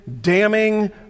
damning